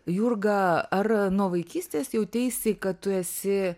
jurga ar nuo vaikystės jauteisi kad tu esi